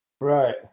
Right